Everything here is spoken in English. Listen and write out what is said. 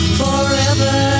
forever